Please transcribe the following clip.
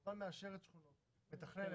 הוותמ"ל מאשרת שכונות ומתכללת.